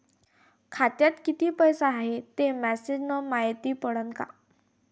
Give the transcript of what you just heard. खात्यात किती पैसा हाय ते मेसेज न मायती पडन का?